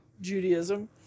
Judaism